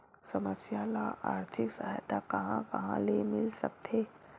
समस्या ल आर्थिक सहायता कहां कहा ले मिल सकथे?